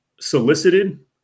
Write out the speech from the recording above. solicited